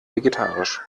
vegetarisch